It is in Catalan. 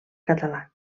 català